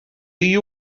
you